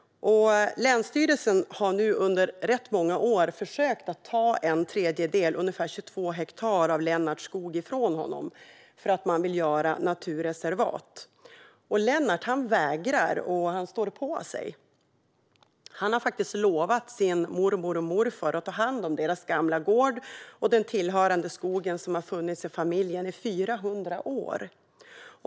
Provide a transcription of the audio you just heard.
Länsstyrelsen har nu under rätt många år försökt ta en tredjedel, ungefär 22 hektar, av Lennarts skog ifrån honom för att man vill göra naturreservat. Lennart vägrar och står på sig. Han har lovat sin mormor och morfar att ta hand om deras gamla gård och den tillhörande skogen som funnits i familjen i 400 år.